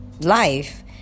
life